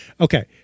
Okay